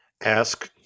ask